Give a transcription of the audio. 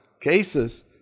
cases